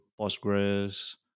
Postgres